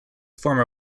former